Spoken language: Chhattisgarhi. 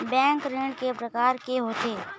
बैंक ऋण के प्रकार के होथे?